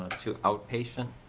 to outpatient